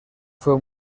fue